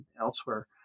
elsewhere